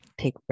Take